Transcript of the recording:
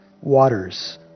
waters